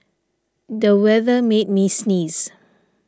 the weather made me sneeze